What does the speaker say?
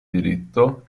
diritto